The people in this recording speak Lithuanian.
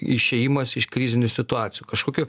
išėjimas iš krizinių situacijų kažkokio